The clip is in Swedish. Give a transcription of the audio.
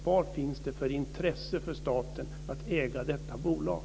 Vad finns det för intresse för staten att äga detta bolag?